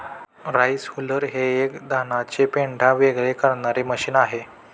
rice huller हे एक धानाचे पेंढा वेगळे करणारे मशीन आहे